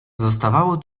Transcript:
zostawało